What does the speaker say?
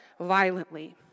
violently